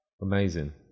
Amazing